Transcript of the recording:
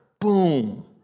Boom